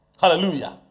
Hallelujah